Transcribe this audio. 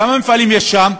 כמה מפעלים יש שם?